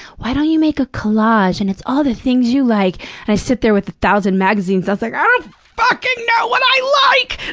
why don't you make a collage and it's all the things you like, and i sit there with a thousand magazines. it's like, i don't fucking know what i like!